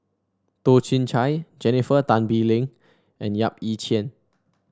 Toh Chin Chye Jennifer Tan Bee Leng and Yap Ee Chian